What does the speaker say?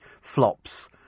Flops